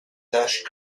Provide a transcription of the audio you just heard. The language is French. taches